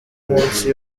munsi